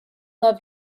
love